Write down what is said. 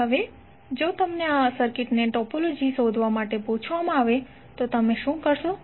હવે જો તમને આ સર્કિટની ટોપોલોજી શોધવા માટે પૂછવામાં આવે તો તમે શું કરશો